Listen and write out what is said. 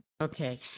okay